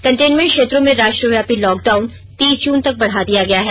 containment क्षेत्रों में राष्ट्रव्यापी लॉकडाउन तीस जून तक बढ़ा दिया गया है